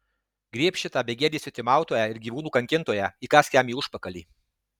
griebk šitą begėdį svetimautoją ir gyvūnų kankintoją įkąsk jam į užpakalį